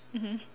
mmhmm